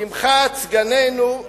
שמחת סגנינו.